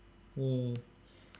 !yay!